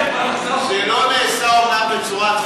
ועובדים שכירים היא מאוד מעוגנת בחוק,